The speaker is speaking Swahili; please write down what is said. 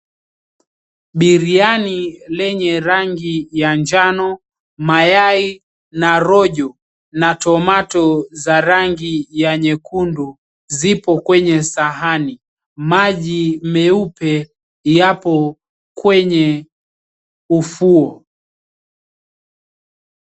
Biriani yenye rangi la njano, mayai na rojo na tomato za rangi ya nyekundu, zipo kwenye sahani. Maji meupe yapo kwenye ufuo.